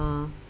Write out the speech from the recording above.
err